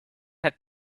had